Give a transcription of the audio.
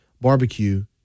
Barbecue